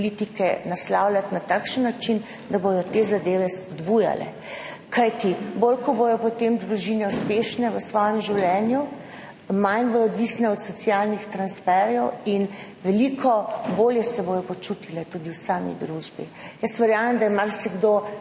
te politike na takšen način, da bodo te zadeve spodbujale, kajti bolj kot bodo potem družine uspešne v svojem življenju, manj bodo odvisne od socialnih transferjev in veliko bolje se bodo počutile tudi v sami družbi. Jaz verjamem, da je marsikdo